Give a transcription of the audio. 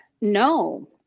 no